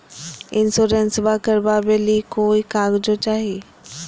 इंसोरेंसबा करबा बे ली कोई कागजों चाही?